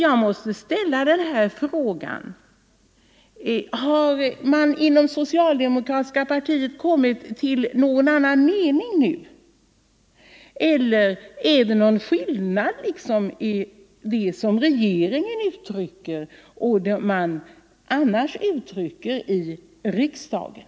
Jag måste ställa frågan: Har man inom det socialdemokratiska partiet nu kommit fram till en annan mening eller är det någon skillnad mellan regeringens nu anförda inställning och den som man annars intar i riksdagen?